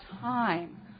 time